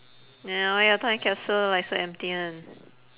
!aiyo! why your time capsule like so empty [one]